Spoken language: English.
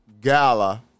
Gala